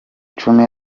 icumi